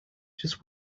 just